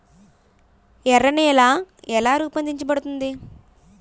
ఎర్ర నేల ఎలా రూపొందించబడింది?